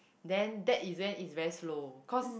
then that is when it's very slow cause